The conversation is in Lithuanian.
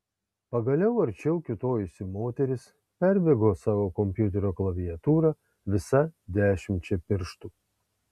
pagaliau arčiau kiūtojusi moteris perbėgo savo kompiuterio klaviatūrą visa dešimčia pirštų